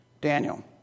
Daniel